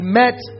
met